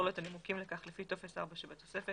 לו את הנימוקים לכך לפי טופס 4 שבתוספת.